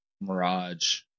mirage